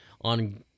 on